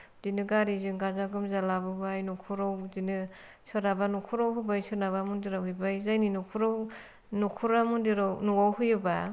बिदिनो गारिजों गाजा गोमजा लाबोबाय न'खराव बिदिनो सोरहाबा न'खराव होबाय सोरनाबा मन्दिराव हैबाय जायनि न'खराव न'खरा मन्दिराव न'आव होयोबा